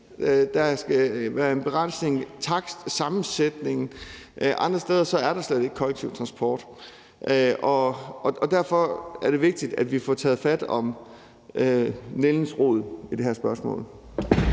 der skal være en begrænsning, takstsammensætningen, mens der andre steder slet ikke er kollektiv transport, og derfor er det vigtigt, at vi får taget fat om nældens rod i det her spørgsmål.